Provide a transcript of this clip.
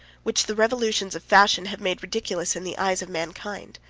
which the revolutions of fashion have made ridiculous in the eyes of mankind.